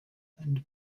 and